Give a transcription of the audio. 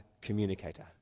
communicator